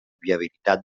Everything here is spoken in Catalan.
viabilitat